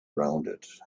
rounded